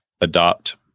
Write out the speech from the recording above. adopt